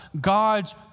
God's